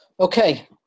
Okay